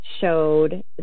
showed